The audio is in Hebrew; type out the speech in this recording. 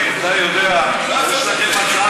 אתה יודע, כשיש לכם הצעה